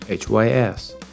HYS